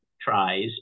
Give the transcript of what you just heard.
tries